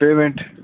payment